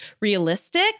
realistic